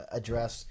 address